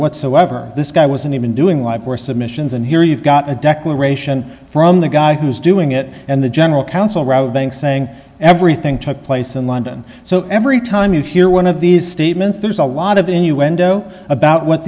whatsoever this guy wasn't even doing live or submissions and here you've got a declaration from the guy who's doing it and the general counsel wrote banks saying everything took place in london so every time you hear one of these statements there's a lot of innuendo about what